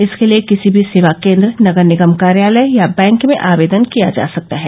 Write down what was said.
इसके लिये किसी भी सेवा केन्द्र नगर निगम कार्यालय या बैंक में आवेदन किया जा सकता है